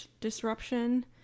disruption